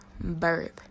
birth